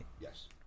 Yes